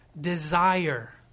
desire